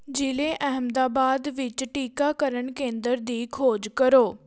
ਜ਼ਿਲ੍ਹੇ ਅਹਿਮਦਾਬਾਦ ਵਿੱਚ ਟੀਕਾਕਰਨ ਕੇਂਦਰ ਦੀ ਖੋਜ ਕਰੋ